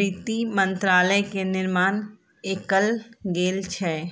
वित्त मंत्रालय के निर्माण कएल गेल छल